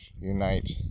unite